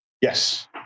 Yes